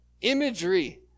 imagery